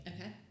Okay